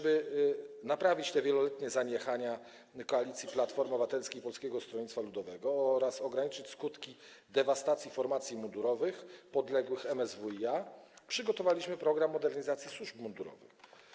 Aby naprawić te wieloletnie zaniechania koalicji Platformy Obywatelskiej i Polskiego Stronnictwa Ludowego oraz ograniczyć skutki dewastacji formacji mundurowych podległych MSWiA, przygotowaliśmy program modernizacji służb mundurowych.